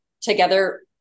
together